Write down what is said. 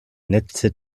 netze